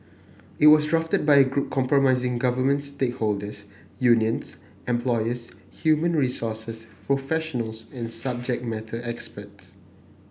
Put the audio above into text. it was drafted by a group comprising government stakeholders unions employers human resources professionals and subject matter experts